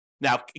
Now